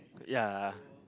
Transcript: ya